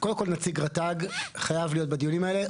קודם כל נציג רט"ג חייב להיות בדיונים האלה.